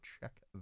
check